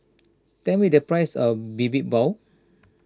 tell me the price of Bibimbap